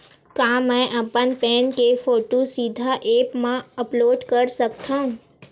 का मैं अपन पैन के फोटू सीधा ऐप मा अपलोड कर सकथव?